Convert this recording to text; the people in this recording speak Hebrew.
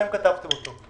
שאתם כתבתם אותו,